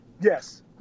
Yes